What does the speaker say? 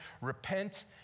Repent